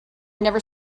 never